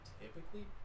typically